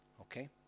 okay